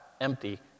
empty